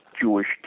Jewish